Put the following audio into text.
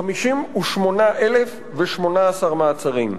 58,018 מעצרים.